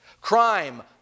Crime